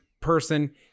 person